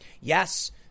Yes